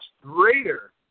greater